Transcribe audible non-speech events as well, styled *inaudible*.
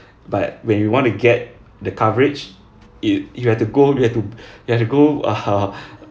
but when you want to get the coverage you you have to go you have *breath* to you have to go *laughs*